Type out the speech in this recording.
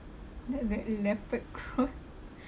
that that leopard crawl